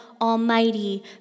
Almighty